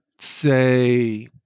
say